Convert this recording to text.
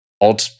odd